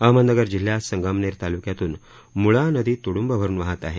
अहमदनगर जिल्ह्यात संगमनेर तालुक्यातून म्ळा नदी तृङ्ब भरून वाहत आहे